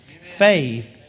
Faith